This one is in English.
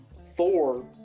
Thor